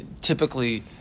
typically